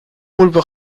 pulpo